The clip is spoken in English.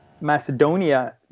Macedonia